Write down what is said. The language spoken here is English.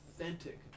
authentic